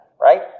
Right